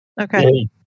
Okay